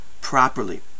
properly